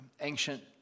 ancient